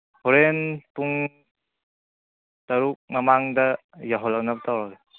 ꯍꯣꯔꯦꯟ ꯄꯨꯡ ꯇꯔꯨꯛ ꯃꯃꯥꯡꯗ ꯌꯧꯍꯜꯂꯛꯅꯕ ꯇꯧꯔꯒꯦ